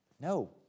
No